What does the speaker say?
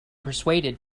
persuaded